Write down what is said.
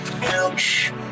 Ouch